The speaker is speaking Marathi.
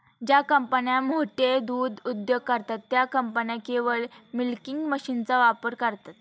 ज्या कंपन्या मोठे दूध उद्योग करतात, त्या कंपन्या केवळ मिल्किंग मशीनचा वापर करतात